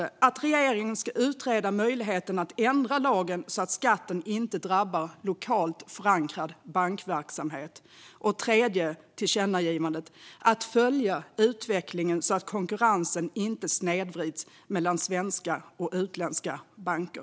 Regeringen ska utreda möjligheten att ändra lagen så att skatten inte drabbar lokalt förankrad bankverksamhet. Regeringen ska följa utvecklingen så att konkurrensen inte snedvrids mellan svenska och utländska banker.